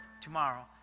tomorrow